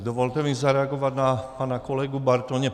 Dovolte mi zareagovat na pana kolegu Bartoně.